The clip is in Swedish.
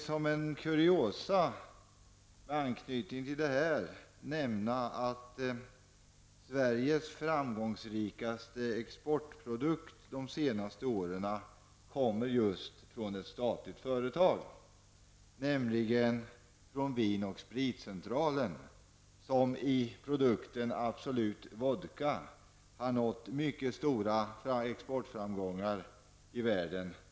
Som en kuriosa med anknytning till denna diskussion vill jag nämna att Sveriges framgångsrikaste exportprodukt de senaste åren kommer just från ett statligt företag, nämligen från Vin och spritcentralen, som med produkten Absolut vodka har nått mycket stora exportframgångar i världen.